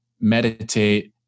meditate